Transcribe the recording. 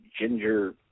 ginger